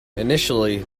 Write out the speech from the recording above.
initially